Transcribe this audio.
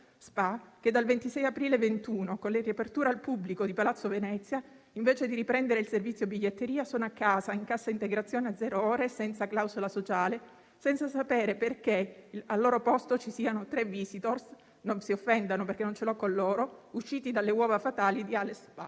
che dal 26 aprile 2021, con la riapertura al pubblico di Palazzo Venezia, invece di riprendere il servizio biglietteria, sono a casa in cassa integrazione a zero ore senza clausola sociale, senza sapere perché al loro posto ci siano tre *visitor* - non si offendano, perché non ce l'ho con loro - usciti dalle uova fatali di ALES SpA.